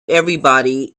everybody